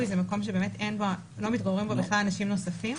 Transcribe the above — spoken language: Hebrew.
זה מקום שלא מתגוררים בו בכלל אנשים נוספים.